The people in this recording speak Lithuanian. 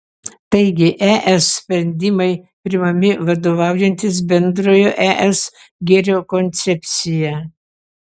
taigi es sprendimai priimami vadovaujantis bendrojo es gėrio koncepcija